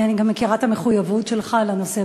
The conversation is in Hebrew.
אני גם מכירה את המחויבות שלך לנושא,